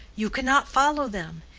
you cannot follow them.